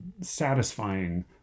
satisfying